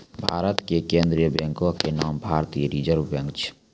भारत के केन्द्रीय बैंको के नाम भारतीय रिजर्व बैंक छै